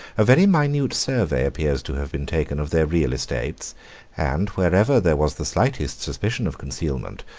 a very minute survey appears to have been taken of their real estates and wherever there was the slightest suspicion of concealment,